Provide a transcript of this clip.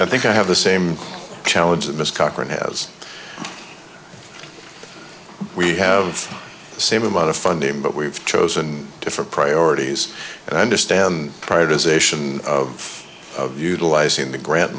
i think i have the same challenge that was cochran has we have the same amount of funding but we've chosen different priorities and i understand privatization of utilizing the grant